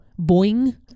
boing